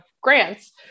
grants